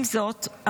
עם זאת,